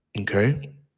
Okay